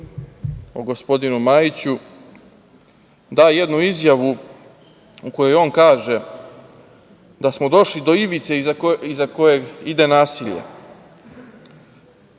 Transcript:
o gospodinu Majiću, da jednu izjavu, u kojoj on kaže, da smo došli do ivice iza koje ide nasilje.